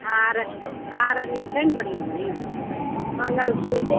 हार हार अरिन छै ने बढ़िऑं बढिऑं मङ्गलसूत्र